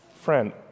Friend